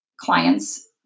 clients